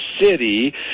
city